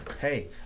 hey